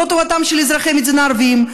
לא טובתם של אזרחי המדינה הערבים,